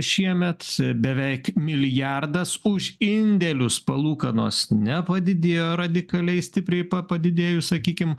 šiemet beveik milijardas už indėlius palūkanos nepadidėjo radikaliai stipriai pa padidėjus sakykim